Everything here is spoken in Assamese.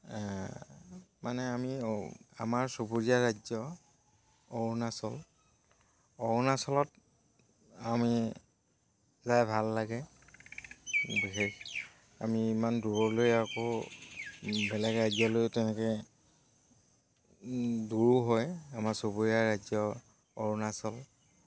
মানে আমি আমাৰ চুবুৰীয়া ৰাজ্য অৰুণাচল অৰুণাচলত আমি যাই ভাল লাগে বিশেষ আমি ইমান দূৰলৈ আকৌ বেলেগ ৰাজ্যলৈও তেনেকে দূৰো হয় আমাৰ চুবুৰীয়া ৰাজ্য অৰুণাচল